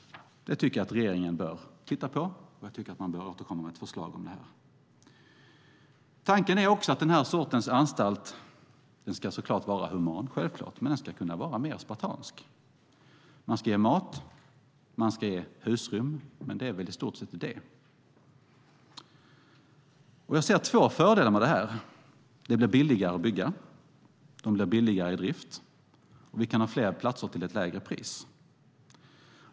Det tycker jag att regeringen bör titta på och återkomma med ett förslag om. Tanken är också att den här sortens anstalt i och för sig ska vara human, men den ska kunna vara mer spartansk. Man ska ge mat och husrum, men det är i stort sett allt. Jag ser två fördelar med detta. De blir billigare att bygga, de blir billigare i drift, och vi kan ha fler platser till ett lägre pris.